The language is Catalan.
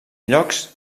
llocs